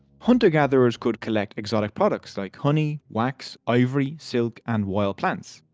hunter-gatherers could collect exotic products like honey, wax, ivory, silk, and wild plants.